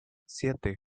siete